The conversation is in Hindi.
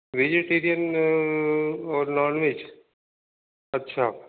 वेजिटेरियन और नॉनवेज अच्छा